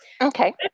Okay